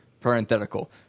parenthetical